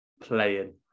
playing